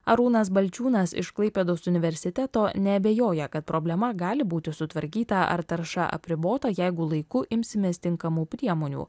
arūnas balčiūnas iš klaipėdos universiteto neabejoja kad problema gali būti sutvarkyta ar tarša apribota jeigu laiku imsimės tinkamų priemonių